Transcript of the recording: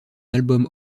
album